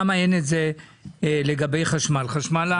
ולמה אין את זה לגבי חשמל.